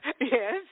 Yes